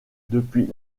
depuis